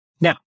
Now